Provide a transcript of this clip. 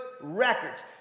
records